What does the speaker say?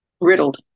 riddled